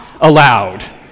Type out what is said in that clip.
allowed